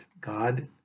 God